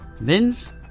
Vince